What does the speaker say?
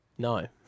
No